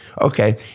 Okay